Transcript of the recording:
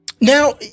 Now